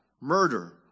murder